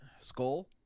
Skull